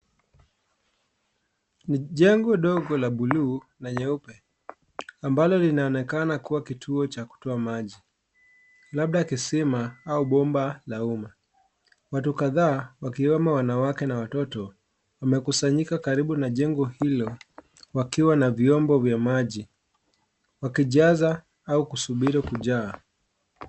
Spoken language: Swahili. Jengo dogo la buluu na nyeupe ,ambalo linaonekana kuwa kituo cha kutoa maji . Labda kisima au bomba la umma. Watu kadhaa ,wakiwemo wanawake na watoto wamekusanyika karibu na jengo hilo. Wakiwa na vyombo vya maji ,wakijaza au kusubiri kujaa.